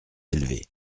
élevée